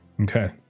Okay